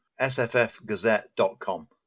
sffgazette.com